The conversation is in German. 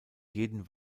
jeden